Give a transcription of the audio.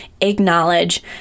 acknowledge